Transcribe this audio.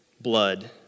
blood